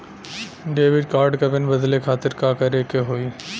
Debit card क PIN बदले खातिर का करेके होई?